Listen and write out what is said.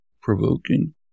provoking